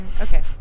Okay